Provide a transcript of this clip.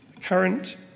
Current